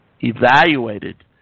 evaluated